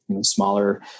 smaller